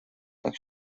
так